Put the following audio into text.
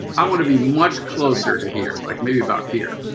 i wanted to be much closer to here, like maybe about here.